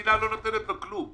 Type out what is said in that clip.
המדינה לא נותנת לו כלום.